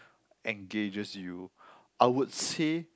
engages you I would say